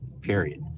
period